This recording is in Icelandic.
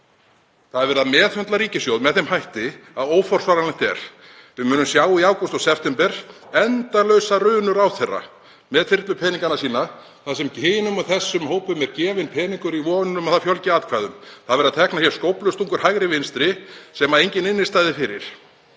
Verið er að meðhöndla ríkissjóð með slíkum hætti að óforsvaranlegt er. Við munum sjá í ágúst og september endalausa runu ráðherra með þyrlupeningana sína þar sem hinum og þessum hópum er gefinn peningur í von um að það fjölgi atkvæðum. Teknar verða skóflustungur hægri, vinstri sem engin innstæða er fyrir.